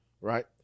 right